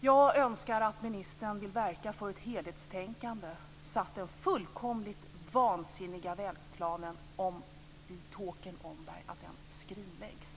Jag önskar att ministern vill verka för ett helhetstänkande så att den fullkomligt vansinniga vägplanen i fråga om Tåkern/Omberg skrinläggs.